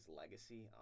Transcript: legacy